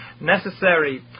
necessary